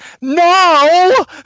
No